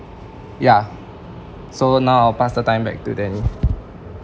yeah so now I'll pass the time back to danny